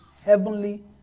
heavenly